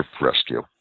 rescue